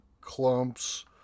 clumps